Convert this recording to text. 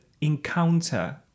encounter